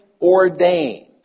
ordained